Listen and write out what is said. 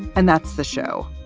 and that's the show.